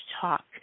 talk